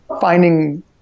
finding